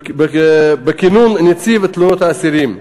בכינון נציב לתלונות האסירים.